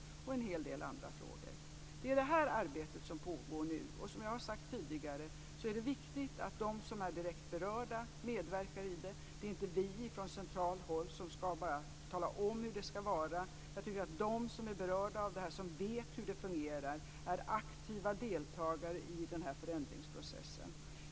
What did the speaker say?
Det gäller också en hel del andra frågor. Det arbetet pågår nu. Som jag tidigare sagt är det viktigt att de som är direkt berörda medverkar i detta. Det är inte bara vi från centralt håll som ska tala om hur det ska vara, utan jag tycker att de som är berörda av det här och som vet hur det fungerar ska vara aktiva deltagare i den här förändringsprocessen.